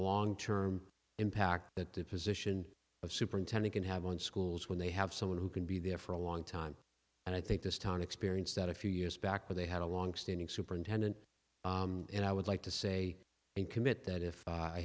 long term impact that the position of superintendent can have on schools when they have someone who can be there for a long time and i think this town experienced that a few years back where they had a longstanding superintendent and i would like to say and commit that if i